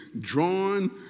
drawn